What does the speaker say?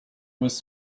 was